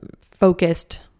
focused